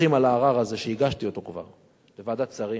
הולכים על הערר הזה שהגשתי כבר לוועדת שרים.